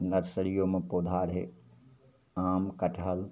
नर्सरिओमे पौधा रहै आम कटहल